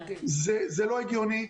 זה לא הגיוני.